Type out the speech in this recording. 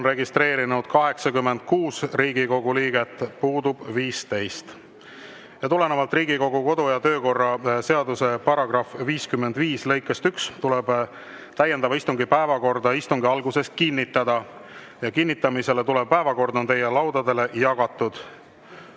registreerinud 86 Riigikogu liiget, puudub 15. Tulenevalt Riigikogu kodu‑ ja töökorra seaduse § 55 lõikest 1 tuleb täiendava istungi päevakord istungi alguses kinnitada. Kinnitamisele tulev päevakord on teie laudadele jagatud.